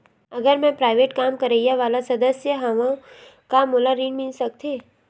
अगर मैं प्राइवेट काम करइया वाला सदस्य हावव का मोला ऋण मिल सकथे?